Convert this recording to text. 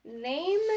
Name